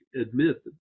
admit